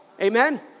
Amen